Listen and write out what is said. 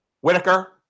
Whitaker